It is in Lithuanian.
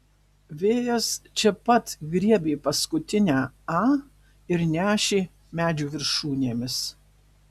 vėjas čia pat griebė paskutinę a ir nešė medžių viršūnėmis